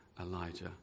Elijah